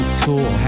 tool